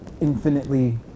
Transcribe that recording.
infinitely